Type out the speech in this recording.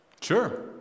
Sure